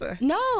No